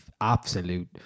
absolute